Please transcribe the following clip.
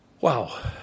wow